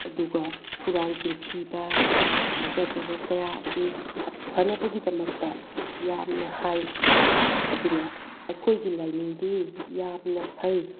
ꯑꯗꯨꯒ ꯍꯨꯔꯥꯟ ꯆꯤꯟꯊꯤꯕ ꯊꯥꯖꯗꯕ ꯀꯌꯥ ꯑꯁꯤ ꯐꯅꯕꯒꯤꯗꯃꯛꯇ ꯌꯥꯝꯅ ꯍꯥꯏ ꯑꯗꯨꯅ ꯑꯩꯈꯣꯏꯒꯤ ꯂꯥꯏꯅꯤꯡꯗꯤ ꯌꯥꯝꯅ ꯐꯩ